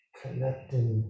connecting